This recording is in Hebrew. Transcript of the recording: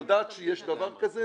היא יודעת שיש דבר כזה?